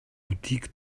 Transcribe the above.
boutique